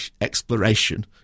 exploration